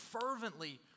fervently